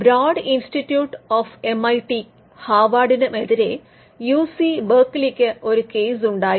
broad Institute of എംഐടിക്കും ഹാർവാർഡിനുമെതിരെ UC ബെർക്ക്ലിക്ക് ഒരു കേസ് ഉണ്ടായിരുന്നു